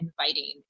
inviting